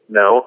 no